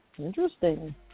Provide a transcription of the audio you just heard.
Interesting